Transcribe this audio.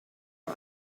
are